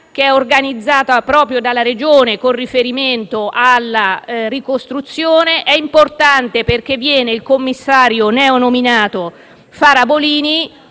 organizzata proprio dalla Regione con riferimento alla ricostruzione. È importante perché verrà il commissario neonominato Farabollini